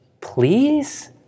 Please